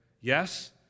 yes